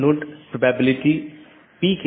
ये IBGP हैं और बहार वाले EBGP हैं